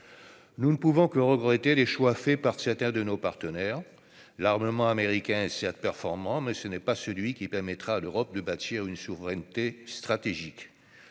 Nous ne pouvons que regretter les choix faits par certains de nos partenaires. L'armement américain est, certes, performant, mais ce n'est pas celui qui permettra à l'Europe de bâtir une souveraineté stratégique.